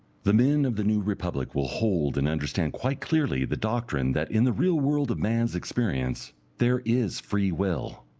the men of the new republic will hold and understand quite clearly the doctrine that in the real world of man's experience, there is free will.